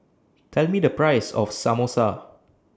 Tell Me The Price of Samosa